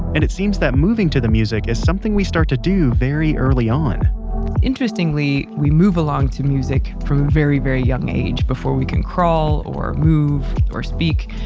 and it seems that moving to the music is something we start to do very early on interestingly, we move along to music from a very, very young age. before we can crawl or move or speak.